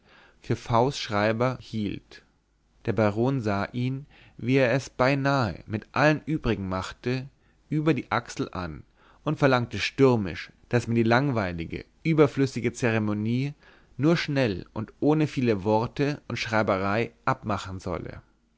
für v s schreiber hielt der baron sah ihn wie er es beinahe mit allen übrigen machte über die achsel an und verlangte stürmisch daß man die langweilige überflüssige zeremonie nur schnell und ohne viele worte und schreiberei abmachen solle